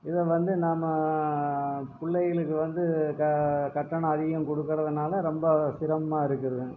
இதை வந்து நாம பிள்ளைங்களுக்கு வந்து கட்டணம் அதிகம் கொடுக்கிறதுனால ரொம்ப சிரமமாக இருக்குது